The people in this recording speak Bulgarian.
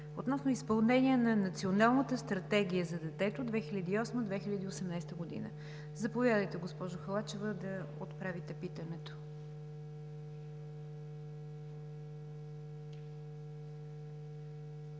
относно изпълнение на Националната стратегия за детето, 2008 – 2018 г. Заповядайте, госпожо Халачева, да отправите питането.